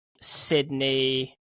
Sydney